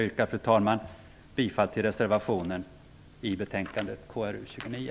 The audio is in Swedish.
Jag yrkar bifall till reservationen i kulturutskottets betänkande KrU29.